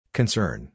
Concern